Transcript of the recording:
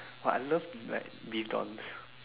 but I love like beef dons